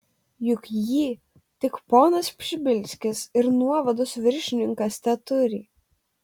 juk jį tik ponas pšibilskis ir nuovados viršininkas teturi